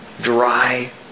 Dry